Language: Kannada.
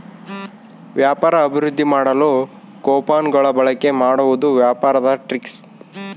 ವ್ಯಾಪಾರ ಅಭಿವೃದ್ದಿ ಮಾಡಲು ಕೊಪನ್ ಗಳ ಬಳಿಕೆ ಮಾಡುವುದು ವ್ಯಾಪಾರದ ಟ್ರಿಕ್ಸ್